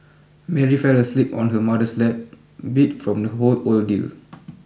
Mary fell asleep on her mother's lap beat from the whole ordeal